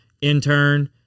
intern